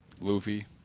Luffy